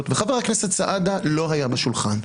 וחבר הכנסת סעדה לא היה בשולחן.